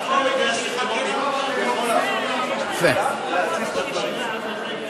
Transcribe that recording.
זאת לא הצעה אמיתית.